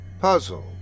puzzled